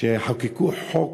שיחוקקו חוק